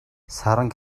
саранг